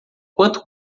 quanto